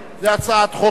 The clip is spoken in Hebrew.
זו הצעת חוק ממשלתית,